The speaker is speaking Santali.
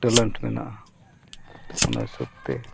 ᱴᱮᱞᱮᱱᱴ ᱢᱮᱱᱟᱜᱼᱟ ᱚᱱᱟ ᱦᱤᱥᱟᱹᱵᱽ ᱛᱮ